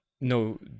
no